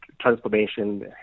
transformation